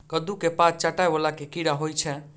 कद्दू केँ पात चाटय वला केँ कीड़ा होइ छै?